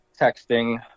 texting